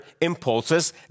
impulses